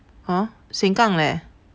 !huh! Sengkang leh